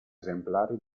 esemplari